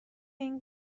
این